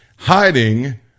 Hiding